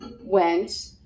went